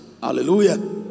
Hallelujah